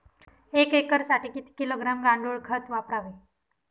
एक एकरसाठी किती किलोग्रॅम गांडूळ खत वापरावे?